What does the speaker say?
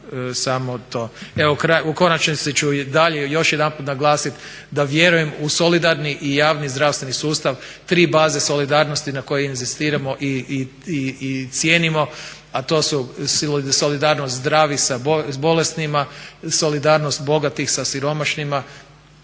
u konačnici ću i dalje, još jedanput naglasiti da vjerujem u solidarni i javni zdravstveni sustav, tri baze solidarnosti na kojima inzistiramo i cijenimo a to su solidarnost zdravih sa bolesnima, solidarnost bogatih sa siromašnima